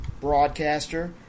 broadcaster